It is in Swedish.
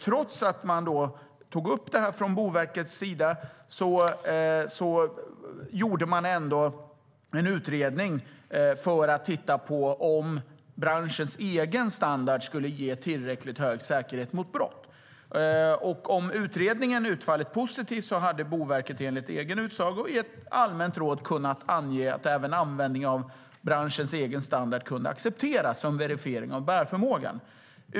Trots att Boverket tog upp detta gjorde man en utredning för att titta på om branschens egen standard skulle ge tillräckligt hög säkerhet mot brott. Om utredningen hade utfallit positivt hade Boverket enligt egen utsago i ett allmänt råd kunnat ange att även användning av branschens egen standard kunde accepteras som verifiering av bärförmågan.